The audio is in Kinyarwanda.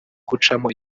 gucamo